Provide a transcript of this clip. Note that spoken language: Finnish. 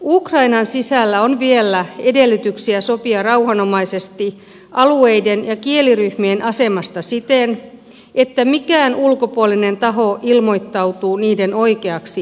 ukrainan sisällä on vielä edellytyksiä sopia rauhanomaisesti alueiden ja kieliryhmien asemasta ilman että mikään ulkopuolinen taho ilmoittautuu niiden oikeaksi tulkitsijaksi